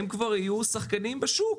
הם כבר יהיו שחקנים בשוק,